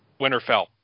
Winterfell